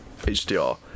HDR